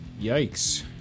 Yikes